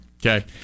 Okay